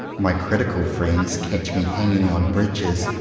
my critical friends catch me hanging on bridges,